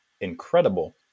incredible